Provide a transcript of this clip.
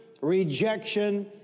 rejection